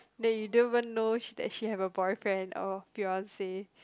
then you don't even know she that she have a boyfriend or fiance